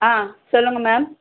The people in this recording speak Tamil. ஆ சொல்லுங்கள் மேம்